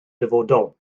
dyfodol